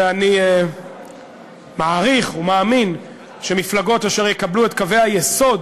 ואני מעריך ומאמין שמפלגות אשר יקבלו את קווי היסוד